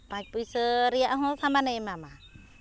ᱯᱟᱸᱪ ᱯᱚᱭᱥᱟ ᱨᱮᱭᱟᱜ ᱦᱚᱸ ᱥᱟᱢᱟᱱᱮ ᱮᱢᱟᱢᱟ